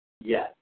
Yes